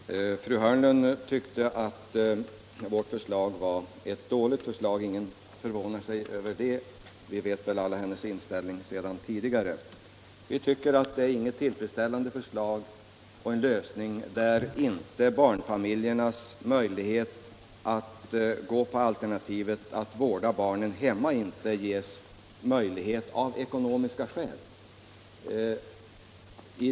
Herr talman! Fru Hörnlund tyckte att vårt förslag var ett dåligt förslag. Ingen förvånar sig över det; vi känner alla till hennes inställning sedan tidigare. Vi anser inte att det någon tillfredsställande lösning när barnfamiljerna av ekonomiska skäl inte kan välja alternativet att vårda barnen 39 hemma.